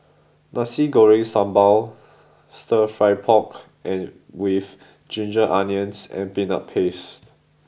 Nasi Goreng Sambal Stir Fry Pork with Ginger Onions and Peanut Paste